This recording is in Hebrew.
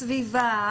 הסביבה,